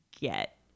get